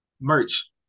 Merch